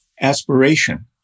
aspiration